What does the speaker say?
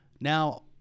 now